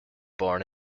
born